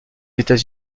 états